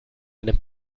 einem